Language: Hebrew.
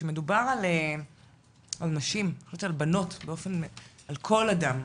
כשמדובר על נשים, על בנות, על כל אדם,